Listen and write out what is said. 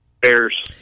Bears